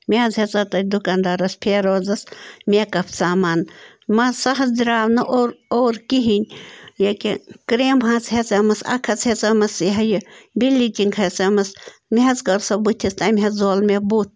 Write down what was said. مےٚ حظ ہیژاو تَتہِ دُکان دارس فیروزس مےٚ کَف سامان مگر سُہ حظ دَراو نہٕ اوٚر اوٚر کِہیٖںی یہ کے کریمہٕ حظ ہیژے مس اَکھ حظ ہیژے مس یہِ ہَہ یہِ بِلیٖچنگ ہیژامس مےٚ حظ کٔر سُہ بُتھِس تَمہِ حظ زول مےٚ بُتھ